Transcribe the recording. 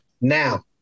Now